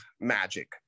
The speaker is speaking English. magic